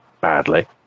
badly